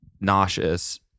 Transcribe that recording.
nauseous